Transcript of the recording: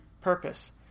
purpose